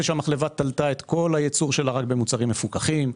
שהחברה תלתה את כל הייצור שלה רק במוצרים מפוקחים.